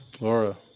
Laura